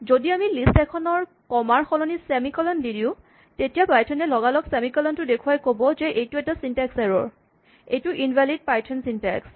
যদি আমি লিষ্ট এখনত ৰ ক'মা ৰ সলনি চেমি কলন দি দিওঁ তেতিয়া পাইথন এ লগালগ চেমি কলন টো দেখুৱাই ক'ব যে এইটো এটা ছিনটেক্স এৰ'ৰ এইটো ইনভেলিড পাইথন ছিনটেক্স